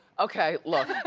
okay, look!